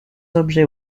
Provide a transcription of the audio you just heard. objets